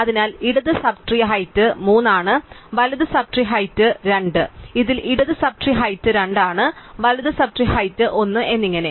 അതിനാൽ ഇടത് sub tree height 3 ആണ് വലത് സബ് ട്രീ ഹൈറ്റ് 2 ഇതിൽ ഇടത് സബ് ട്രീ ഹൈറ്റ് 2 ആണ് വലത് സബ് ട്രീ ഹൈറ്റ് 1 എന്നിങ്ങനെ